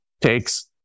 takes